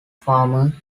farmer